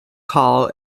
call